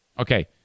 Okay